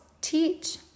teach